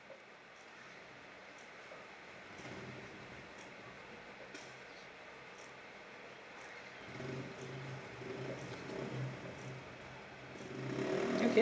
okay